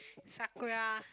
Sakura